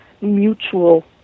mutual